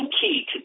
key